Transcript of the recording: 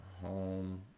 home